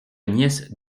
nièce